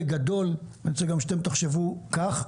בגדול, אני רוצה שגם אתם תחשבו כך.